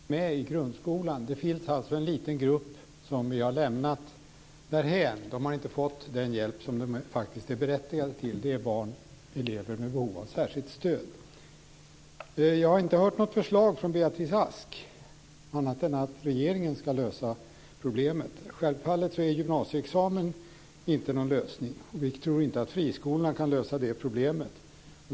Fru talman! Jag tycker att Beatrice Ask tar upp ett viktigt problem när hon säger att det inte är alla elever som hänger med i grundskolan. Det finns alltså en liten grupp som vi har lämnat därhän. De har inte fått den hjälp som de faktiskt är berättigade till. Det är elever med behov av särskilt stöd. Jag har inte hört något förslag från Beatrice Ask, annat än att regeringen ska lösa problemet. Självfallet är gymnasieexamen inte någon lösning. Vi tror inte heller att friskolorna kan lösa problemet.